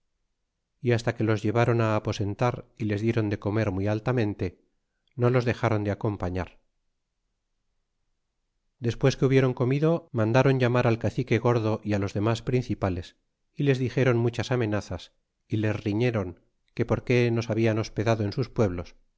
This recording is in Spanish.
y hasta que los llevaron aposentar y les dieron de comer muy altamente no los dexron de acompañar despues que hubieron comido mandron llamar al cacique gordo e los demas principales y les dixéron muchas amenazas y les riñeron que por qué nos hablan hospedado en sus pueblos